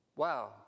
Wow